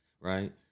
right